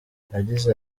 yagize